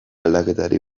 aldaketari